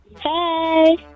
Hey